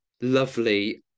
lovely